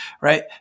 right